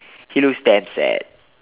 he looks damn sad